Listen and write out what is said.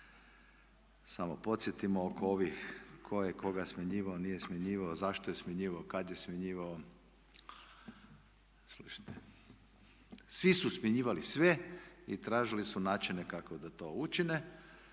samo podsjetimo oko ovih tko je koga smanjivao, nije smanjivao, zašto je smanjivao, kada je smanjivao. Slušajte, svi su smanjivali sve i tražili su načine kako da to učine.